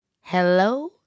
Hello